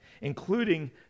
including